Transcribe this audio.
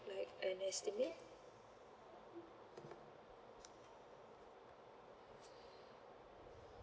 like an estimate